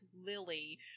Lily